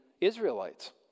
Israelites